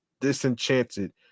disenchanted